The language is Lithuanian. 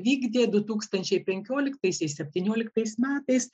vykdė du tūkstančiai penkioliktaisiais septynioliktais metais